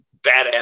badass